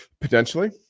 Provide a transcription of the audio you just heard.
potentially